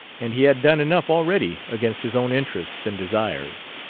and he had done enough already against his own interests and desires.